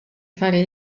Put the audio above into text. fare